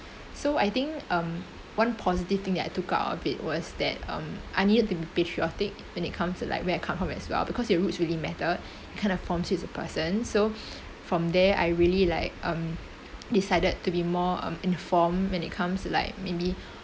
so I think um one positive thing that I took up a bit was that um I needed to be patriotic when it comes to like when I come from as well because you're roots really matter it kind of forms you as a person so from there I really like um decided to be more informed when it comes to like maybe